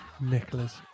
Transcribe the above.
nicholas